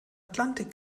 atlantik